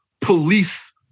police